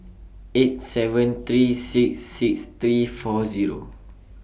eight seven three six six three four Zero